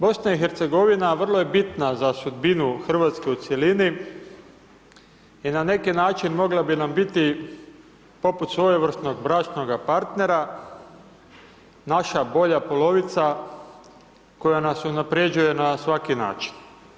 BiH vrlo je bitna za sudbinu Hrvatske u cjelini i na neki način mogla bi nam biti poput svojevrsnog bračnoga partnera, naša bolja polovica koja nas unapređuje na svaki način.